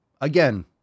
Again